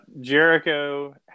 Jericho